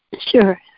Sure